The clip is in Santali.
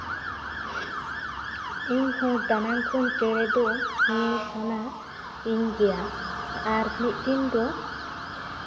ᱤᱧᱦᱚᱸ ᱫᱟᱱᱟᱝ ᱠᱷᱚᱱ ᱪᱮᱬᱮ ᱫᱚ ᱧᱮᱞ ᱥᱟᱱᱟ ᱤᱧ ᱜᱮᱭᱟ ᱟᱨ ᱢᱤᱫ ᱫᱤᱱ ᱫᱚ